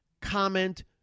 comment